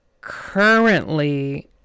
Currently